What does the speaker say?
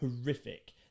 horrific